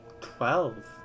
Twelve